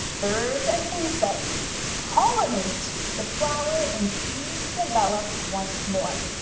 birds and insects pollinate the flower, and seeds develop once more.